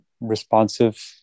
responsive